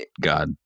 god